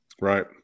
Right